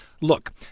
Look